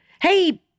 hey